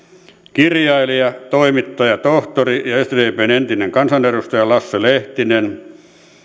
kirjailija toimittaja tohtori ja ja sdpn entinen kansanedustaja lasse lehtinen